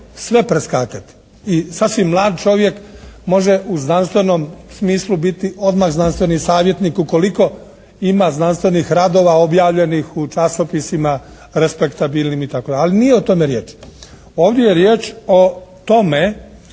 sve preskakati i sasvim mlad čovjek može u znanstvenom smislu biti odmah znanstveni savjetnik ukoliko ima znanstvenih radova objavljenih u časopisima respektabilnim itd., ali nije o tome riječ. Ovdje je riječ o tome